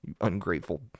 Ungrateful